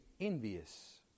envious